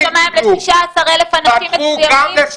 אז אם פותחים את השמים ל-16,000 אנשים --- פתחו גם לסטודנטים.